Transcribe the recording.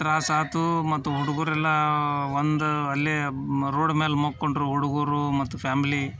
ತ್ರಾಸು ಆಯ್ತು ಮತ್ತು ಹುಡುಗರು ಎಲ್ಲ ಒಂದು ಅಲ್ಲೇ ಮ ರೋಡ್ ಮ್ಯಾಲೆ ಮಲ್ಕೊಂಡ್ರು ಹುಡುಗರು ಮತ್ತು ಫ್ಯಾಮ್ಲಿ